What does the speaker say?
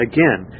Again